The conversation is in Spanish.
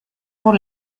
por